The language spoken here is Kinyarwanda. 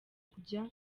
kujya